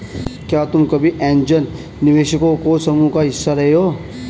क्या तुम कभी ऐन्जल निवेशकों के समूह का हिस्सा रहे हो?